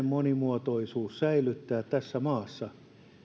monimuotoisuuden säilyttää tässä maassa